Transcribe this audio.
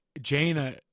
Jaina